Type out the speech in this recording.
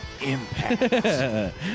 Impact